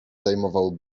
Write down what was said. zajmował